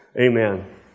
Amen